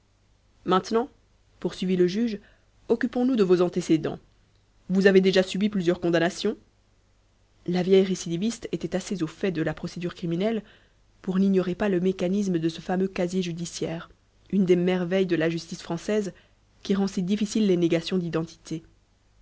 maintenant poursuivit le juge occupons-nous de vos antécédents vous avez déjà subi plusieurs condamnations la vieille récidiviste était assez au fait de la procédure criminelle pour n'ignorer pas le mécanisme de ce fameux casier judiciaire une des merveilles de la justice française qui rend si difficiles les négations d'identité